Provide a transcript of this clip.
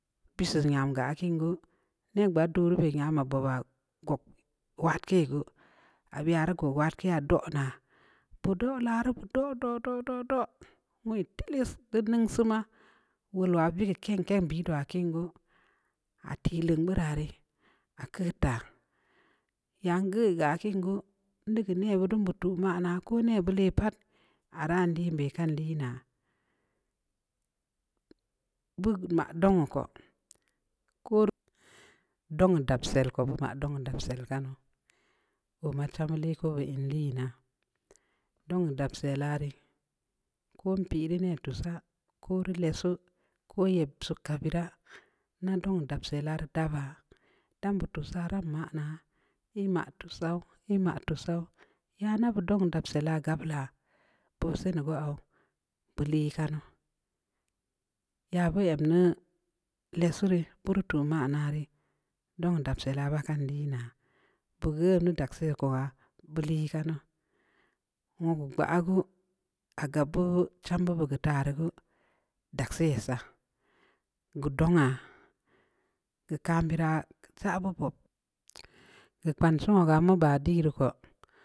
Biisii nyam geu aah kiin geu, nebgbad dooruu beh nyam aah boobaa gog wadkei geu, ab ya ri gog wadkeya doo naa, bu do laruu, bu do-do-do-donwui tilis deu ningsii maa, wol wa bi yi bid waa kin geu, ah tii leungeura rii, aah keud taa, yan geui keu aah kiin geu, ndi geu nebeud din geu tuu maa naa, ko neh beud leh pat, aah ara ahn liin be kan liinaa, beu maa dongnhu ko, ko rii dongnhu dabsel ko bu maa dongnhu dabsel kanu, oo maa chamba leko beud ahn liinaa, dongnhu dabsel aah rii, ko npii rii neh tuussaa, koo rii lessu, ko yeb sukka beuraa, nda dongnhu dabsella rii babaa, dam bu tuussaa ri dan maa naa, ii maa tuussaau-ii maa tuussaau, ya nda bu dongnhu dabsella rii gabaa, boo seni geu auw, bue lii kanu, ya beu em di lessu rii, beu rii tuu maan naa rii, dongnhu dabsella baa kan lii naa. mbue geun teu daksii yessa, beu lii kanu, wogu gbaa gu, aah gab beu chamba beud keu taa rii gu, dagsii yessa, geu dongha. geu kam beuraa, jaa bu bob, keu kpansii woga mu baa kiin dii ko.